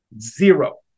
Zero